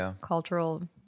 cultural